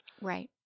Right